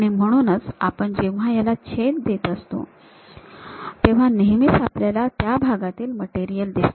आणि म्हणूनच आपण जेव्हा याला छेद देत असतो तेव्हा नेहमीच आपल्याला त्या भागातील मटेरियल दिसते